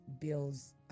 builds